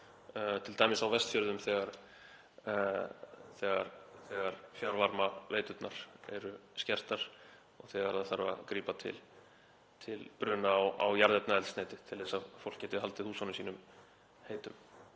t.d. á Vestfjörðum þegar fjarvarmaveiturnar eru skertar og þegar þarf að grípa til bruna á jarðefnaeldsneyti til að fólk geti haldið húsunum sínum heitum.